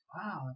Wow